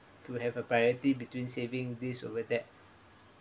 to have a priority between saving this over that